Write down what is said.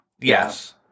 Yes